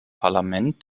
parlament